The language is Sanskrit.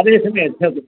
आदेशं यच्छतु